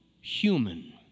human